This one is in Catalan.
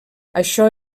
això